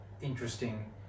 interesting